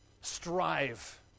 strive